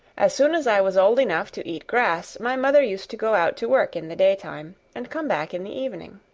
as soon as i was old enough to eat grass my mother used to go out to work in the daytime, and come back in the evening.